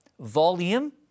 Volume